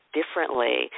differently